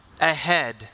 ahead